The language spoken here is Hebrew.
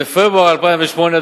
בפברואר 2008,